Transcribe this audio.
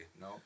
No